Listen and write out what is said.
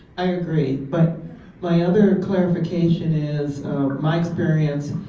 i agree. but my other clarification is my experience.